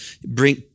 bring